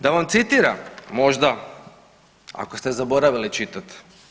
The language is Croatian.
Da vam citiram možda ako ste zaboravili čitat.